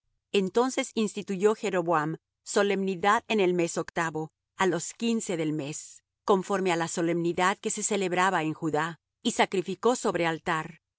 entonces instituyó jeroboam solemnidad en el mes octavo á los quince del mes conforme á la solemnidad que se celebraba en judá y sacrificó sobre altar